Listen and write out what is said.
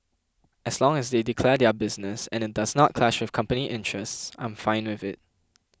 as long as they declare their business and it does not clash with company interests I'm fine with it